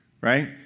Right